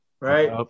Right